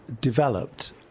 developed